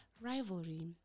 Rivalry